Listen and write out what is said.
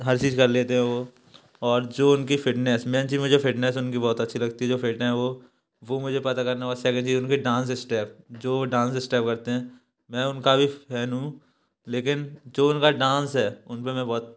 हर चीज कर लेते हैं वो और जो उनकी फिटनेस मैन चीज मुझे फिटनेस उनकी बहुत अच्छी लगती जो फिट हैं वो वो मुझे पता करना है उनके डांस स्टेप जो डांस स्टेप करते हैं मैं उनका भी फैन हूँ लेकिन जो उनका डांस है उनपे मैं बहुत